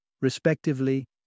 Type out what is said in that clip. respectively